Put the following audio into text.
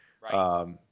Right